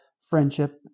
friendship